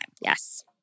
Yes